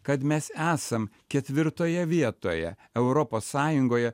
kad mes esam ketvirtoje vietoje europos sąjungoje